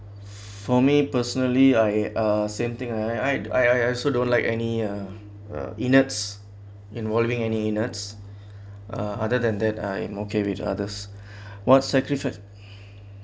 for me personally I uh same thing I I also don't like any uh uh enacts involving any enacts uh other than that I am okay with others what sacrifice